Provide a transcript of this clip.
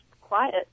quiet